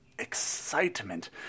Excitement